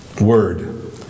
word